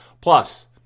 Plus